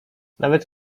nawet